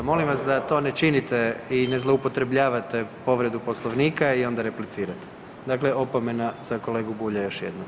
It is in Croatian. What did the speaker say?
Molim vas da to ne činite i ne zloupotrebljavate povredu Poslovnika i onda replicirate, dakle opomena za kolegu Bulja još jednom.